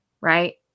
right